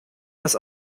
das